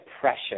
pressure